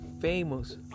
famous